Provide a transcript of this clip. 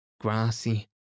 grassy